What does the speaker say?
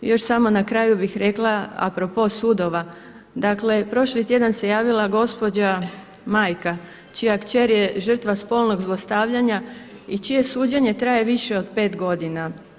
Još samo na kraju bih rekla a propos sudova, dakle prošli tjedan se javila gospođa majka čija kćer je žrtva spolnog zlostavljanja i čije suđenje traje više od pet godina.